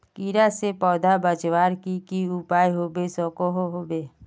कीड़ा से पौधा बचवार की की उपाय होबे सकोहो होबे?